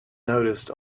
noticed